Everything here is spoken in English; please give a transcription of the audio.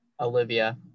Olivia